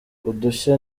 udushya